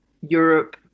Europe